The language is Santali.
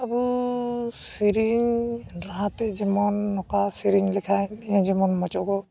ᱟᱵᱚ ᱥᱮᱨᱮᱧ ᱨᱟᱦᱟᱛᱮ ᱡᱮᱢᱚᱱ ᱱᱚᱝᱠᱟ ᱥᱮᱨᱮᱧ ᱞᱮᱠᱷᱟᱡ ᱱᱤᱭᱟᱹ ᱡᱮᱢᱚᱱ ᱢᱚᱡᱽᱪᱚᱜᱚᱜ